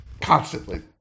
constantly